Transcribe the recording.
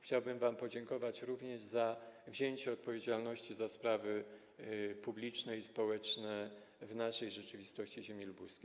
Chciałbym wam podziękować również za wzięcie odpowiedzialności za sprawy publiczne i społeczne w naszej rzeczywistości ziemi lubuskiej.